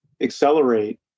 accelerate